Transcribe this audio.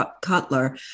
Cutler